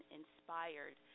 inspired